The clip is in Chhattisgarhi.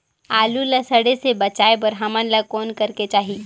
आलू ला सड़े से बचाये बर हमन ला कौन करेके चाही?